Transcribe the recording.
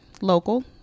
local